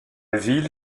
ville